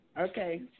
Okay